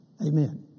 Amen